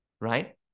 Right